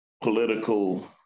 political